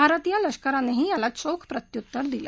भारतीय लष्करानेही याला चोख प्रत्युत्तर दिलं